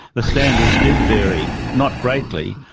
the standards did vary. not greatly,